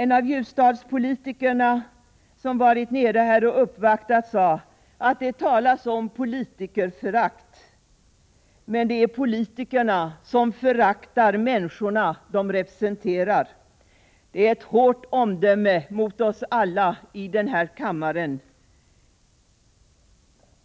En av Ljusdalspolitikerna som varit i Stockholm på en uppvaktning sade att det talas om politikerförakt, men det är politikerna som föraktar människorna de representerar. Det är ett hårt omdöme mot oss alla i den här kammaren,